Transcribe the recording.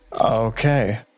okay